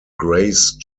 grace